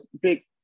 big